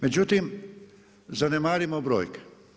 Međutim, zanemarimo brojke.